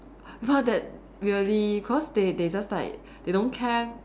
but that really cause they they just like they don't care